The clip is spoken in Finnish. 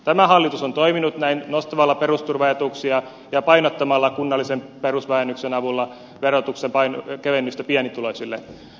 tämä hallitus on toiminut näin nostamalla perusturvaetuuksia ja painottamalla kunnallisen perusvähennyksen avulla verotuksen kevennystä pienituloisille